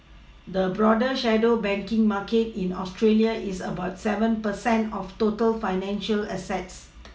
the broader shadow banking market in Australia is about seven per cent of total financial assets